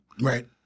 Right